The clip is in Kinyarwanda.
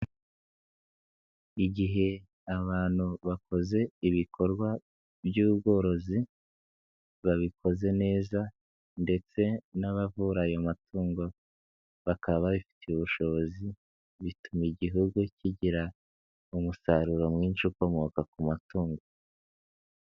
Igihe abantu bakoze ibikorwa by'ubworozi babikoze neza ndetse n'abavura ayo matungo bakaba babifitiye ubushobozi bituma Igihugu kigira umusaruro mwinshi ukomoka ku matungo.